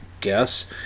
guess